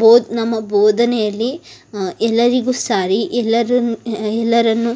ಬೋಧನೆ ನಮ್ಮ ಬೋಧನೆಯಲ್ಲಿ ಎಲ್ಲರಿಗೂ ಸಾರಿ ಎಲ್ಲರನ್ನು ಎಲ್ಲರನ್ನೂ